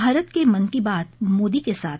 भारत के मन की बात मोदी के साथ